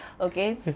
Okay